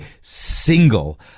single